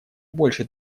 больше